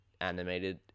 animated